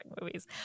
movies